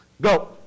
go